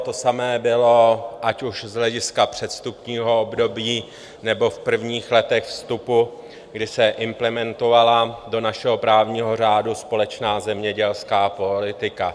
To samé bylo ať už z hlediska předvstupního období, nebo v prvních letech vstupu, kdy se implementovala do našeho právního řádu společná zemědělská politika.